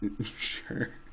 Sure